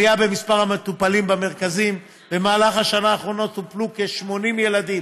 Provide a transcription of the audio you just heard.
עלייה במספר המטופלים במרכזים: במהלך השנה האחרונה טופלו כ-80 ילדים,